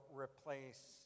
replace